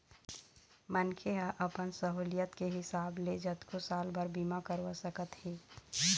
मनखे ह अपन सहुलियत के हिसाब ले जतको साल बर बीमा करवा सकत हे